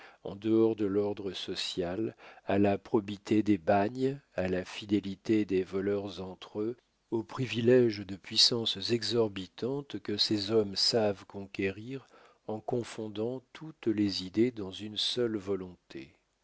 en dehors de l'ordre social à la probité des bagnes à la fidélité des voleurs entre eux aux priviléges de puissance exorbitante que ces hommes savent conquérir en confondant toutes les idées dans une seule volonté